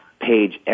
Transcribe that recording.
page